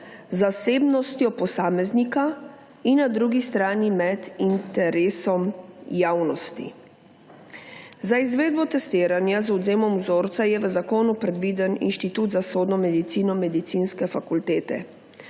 zasebnostjo posameznika in na drugi strani med interesom javnosti. Za izvedbo testiranja z odvzemom vzorca je v zakonu predviden Inštitut za sodno medicino medicinske fakultete.